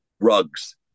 rugs